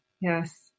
Yes